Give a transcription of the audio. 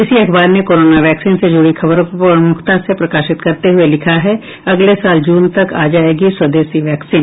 इसी अखबार ने कोरोना वैक्सीन से जुड़ी खबर को प्रमुखता से प्रकाशित करते हुये लिखा है अगले साल जून तक आ जायेगी स्वदेशी वैक्सीन